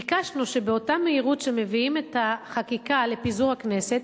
ביקשנו שבאותה מהירות שמביאים את החקיקה לפיזור הכנסת